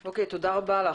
תודה.